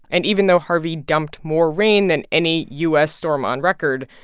and even though harvey dumped more rain than any u s. storm on record,